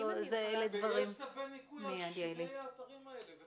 ויש צווי ניקוי על שני האתרים האלה.